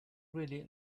really